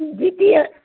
द्वितीय